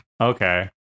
Okay